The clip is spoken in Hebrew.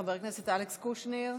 חבר הכנסת אלכס קושניר,